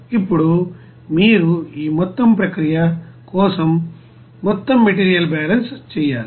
ఇప్పుడు మీరు ఈ మొత్తం ప్రక్రియ కోసం మొత్తం మెటీరియల్ బ్యాలెన్స్ చేయాలి